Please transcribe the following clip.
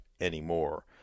anymore